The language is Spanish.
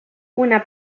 una